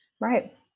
Right